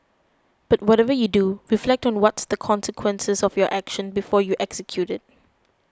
but whatever you do reflect on what's the consequences of your action before you execute it